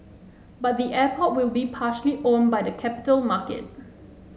but the airport will be partially owned by the capital market